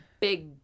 big